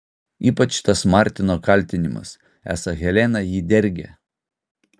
ypač tas martino kaltinimas esą helena jį dergia